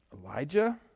Elijah